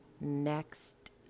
next